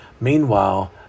Meanwhile